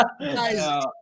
Guys